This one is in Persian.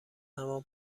همان